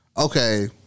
okay